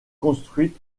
construite